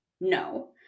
no